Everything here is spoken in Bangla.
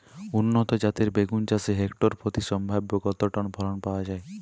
উন্নত জাতের বেগুন চাষে হেক্টর প্রতি সম্ভাব্য কত টন ফলন পাওয়া যায়?